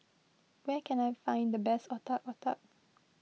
where can I find the best Otak Otak